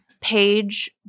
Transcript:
page